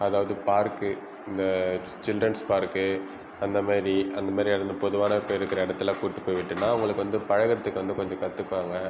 அதாவது பார்க்கு இந்த childrens park அந்த மாரி அந்த மாரி அது வந்து பொதுவான இருக்கிற இடத்தில் கூப்பிட்டு போய் விட்டோனா அவங்களுக்கு வந்து பழகிறத்துக்கு வந்து கொஞ்சோம் கற்றுப்பாங்க